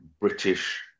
British